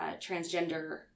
transgender